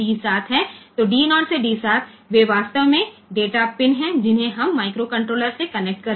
तो डी 0 से डी 7 वे वास्तव में डेटा पिन हैं जिन्हें हम माइक्रोकंट्रोलर से कनेक्ट कर सकते हैं